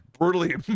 brutally